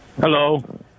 Hello